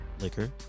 liquor